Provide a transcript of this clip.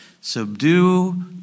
subdue